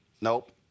nope